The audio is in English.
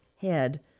head